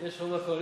יש רוב לקואליציה?